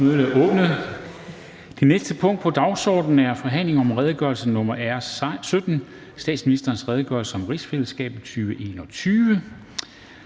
Det næste punkt på dagsordenen er: 7) Forhandling om redegørelse nr. R 17: Statsministerens redegørelse om rigsfællesskabet 2021.